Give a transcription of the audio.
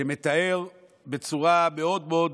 שמתאר בצורה מאוד מאוד